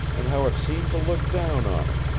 and how it seemed to look down on her,